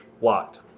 locked